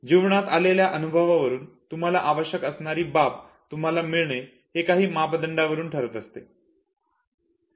जीवनात आलेल्या अनुभवानुसार तुम्हाला आवश्यक असणारी बाब तुम्हाला मिळणे हे काही मापदंडावरून ठरत असते